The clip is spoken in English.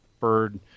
bird